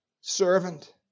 servant